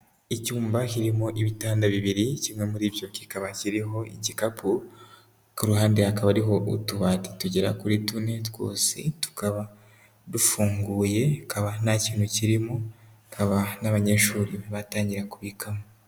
Icyumba kirimo ibitanda bibiri, kimwe muri ibyo kikaba kiriho igikapu, ku ruhande hakaba ari utubati tugera kuri tune twose tukaba dufunguye hakaba nta kintu kirimo, hakaba ntabanyeshuri bari batangira kubikamo.